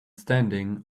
standing